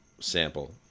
sample